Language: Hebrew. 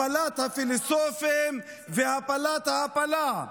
הפלת הפילוסופים והפלת ההפלה,